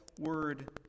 word